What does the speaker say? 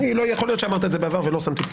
יכול להיות שאמרת את זה בעבר ולא שמתי לב,